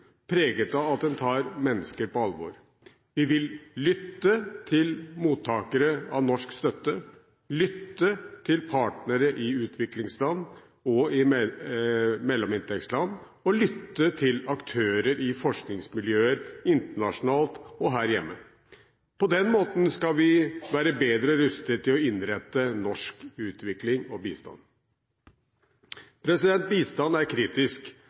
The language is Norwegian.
preget av at den tar mennesker på alvor. Vi vil lytte til mottakere av norsk støtte, til partnere i utviklingsland og i mellominntektsland og til aktører i forskningsmiljøer internasjonalt og her hjemme. På den måten skal vi være bedre rustet til å innrette norsk utvikling og bistand. Bistand er kritisk,